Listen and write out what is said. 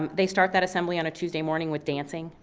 um they start that assembly on a tuesday morning with dancing.